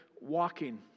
walking